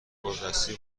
فوتبالدستی